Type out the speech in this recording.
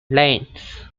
lines